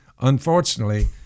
Unfortunately